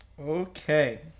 Okay